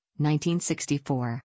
1964